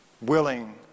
willing